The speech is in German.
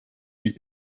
wie